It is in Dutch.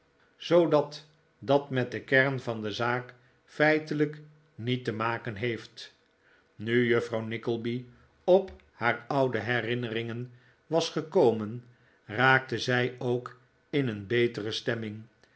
zoodat dat met de kern van de zaak feitenikolaas nickleby lijk niet te maken heeft nu juffrouw nickleby op haar oude herinneringen was gekomen raakte zij ook in een betere sternming